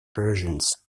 persians